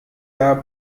jahr